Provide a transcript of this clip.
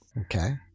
Okay